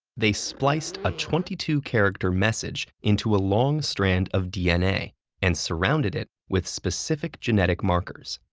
they spliced a twenty two character message into a long strand of dna and surrounded it with specific genetic markers.